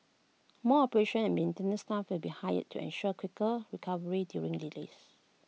more operations and maintenance staff will be hired to ensure quicker recovery during delays